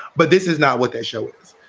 but this is not what this show is.